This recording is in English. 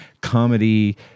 comedy